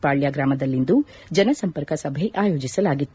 ಪಾಳ್ಯ ಗ್ರಾಮದಲ್ಲಿಂದು ಜನಸಂಪರ್ಕ ಸಭೆ ಆಯೋಜಿಸಲಾಗಿತ್ತು